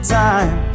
time